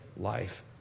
life